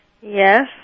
Yes